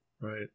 right